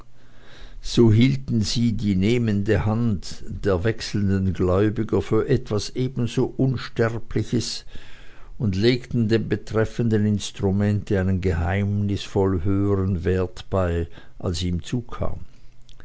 so hielten sie die nehmende hand der wechselnden gläubiger für etwas ebenso unsterbliches und legten dem betreffenden instrumente einen geheimnisvoll höhern wert bei als ihm zukam